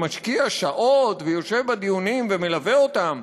משקיע שעות ויושב בדיונים ומלווה אותם.